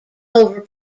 over